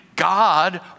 God